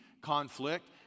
conflict